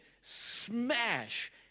smash